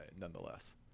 nonetheless